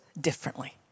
differently